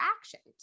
actions